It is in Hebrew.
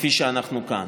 כפי שאנחנו עושים כאן.